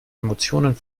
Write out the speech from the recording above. emotionen